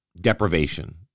deprivation